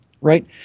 right